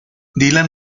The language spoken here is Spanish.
dylan